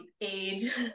age